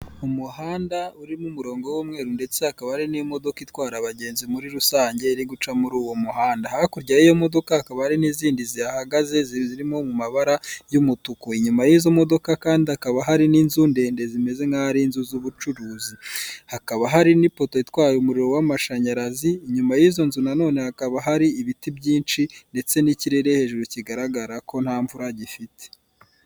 Umuhanda urimo umurongo w'umweru ndetse hakaba hari n'imodoka itwara abagenzi muri rusange irimo guca muri uwo muhanda, hakurya y'iyo modoka hakaba hari n'izindi zihagaze zirimo mu mabara y'umutuku, inyuma y'izo modoka kandi hakaba hari n'inzu ndende zimeze nk'aho ari inzu z'ubucuruzi hakaba hari n'ipoto itwaye umuriro w'amashanyarazi, inyuma y'izo nzu na none hakaba hari ibiti byinshi ndetse n'ikirere hejuru kigaragara ko nta mvura gifite.